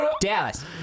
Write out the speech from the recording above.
Dallas